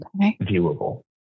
viewable